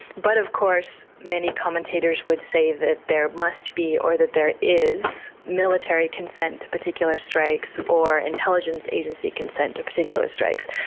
but of course many commentators would say that there must be or that there is military consent to particular strikes or intelligence agency consent to particular strikes.